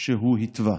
שהוא התווה.